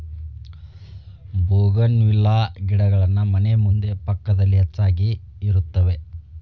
bougainvillea ಗಿಡಗಳನ್ನಾ ಮನೆ ಮುಂದೆ ಪಕ್ಕದಲ್ಲಿ ಹೆಚ್ಚಾಗಿರುತ್ತವೆ